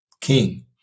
king